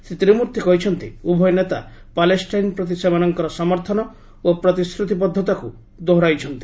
ଶ୍ରୀ ତିରୁମ୍ଭର୍ତ୍ତି କହିଛନ୍ତି ଉଭୟ ନେତା ପାଲେଷ୍ଟାଇନ୍ ପ୍ରତି ସେମାନଙ୍କର ସମର୍ଥନ ଓ ପ୍ରତିଶ୍ରତିବଦ୍ଧତାକୁ ଦୋହରାଇଛନ୍ତି